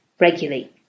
regularly